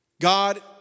God